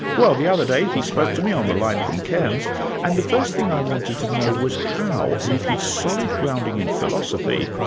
well, the other day he spoke to me on the line from cairns and the first thing i wanted to know was how, with his solid grounding in philosophy,